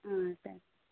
సరే